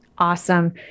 Awesome